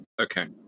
Okay